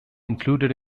included